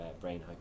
brain